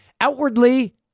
Outwardly